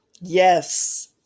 Yes